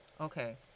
Okay